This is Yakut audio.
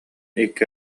икки